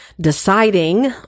deciding